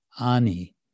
ani